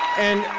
and